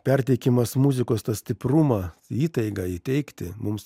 perteikimas muzikos tą stiprumą įtaigą įteigti mums